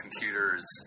Computers